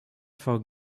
for